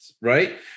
right